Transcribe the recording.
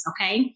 Okay